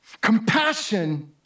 Compassion